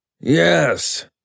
Yes